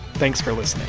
thanks for listening